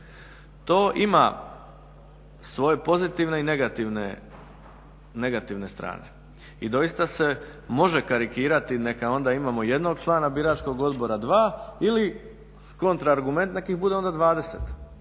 To ima svoje pozitivne i negativne strane. I doista se može karikirati neka onda imamo jednog člana biračkog odbora dva ili kontra argument nek ih bude onda 20